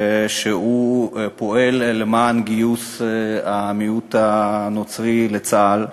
שפועל למען גיוס המיעוט הנוצרי לצה"ל,